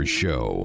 show